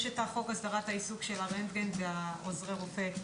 יש את חוק הסדרת העיסוק של הרנטגן ועוזרי הרופא,